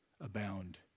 abound